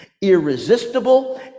irresistible